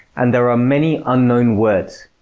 and there are many unknown words.